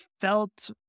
felt